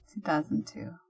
2002